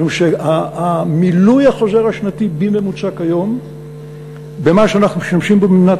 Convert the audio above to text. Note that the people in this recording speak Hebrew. משום שהמילוי החוזר השנתי בממוצע כיום במה שאנחנו משתמשים במדינת